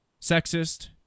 sexist